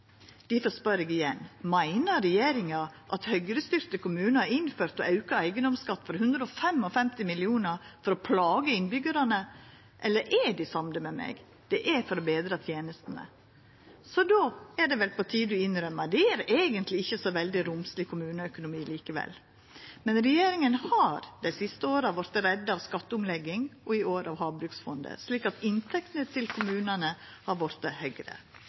Difor spør eg igjen: Meiner regjeringa at Høgre-styrte kommunar innførte og auka eigedomsskatt for 155 mill. kr for å plaga innbyggjarane, eller er dei samde med meg i at det er for å betra tenestene? Då er det vel på tide å innrømma at det eigentleg ikkje er så veldig romsleg kommuneøkonomi likevel. Men regjeringa har dei siste åra vorte redda av skatteomlegging og i år av Havbruksfondet, slik at inntektene til kommunane har vorte